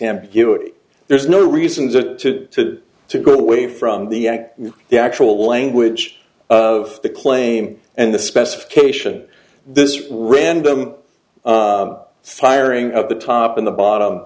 ambiguity there's no reason to to go away from the act the actual language of the claim and the specification this random firing of the top and the bottom